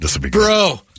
Bro